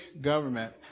government